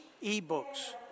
e-books